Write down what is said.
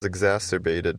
exacerbated